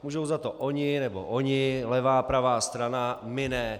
Můžou za to oni nebo oni, levá, pravá strana, my ne.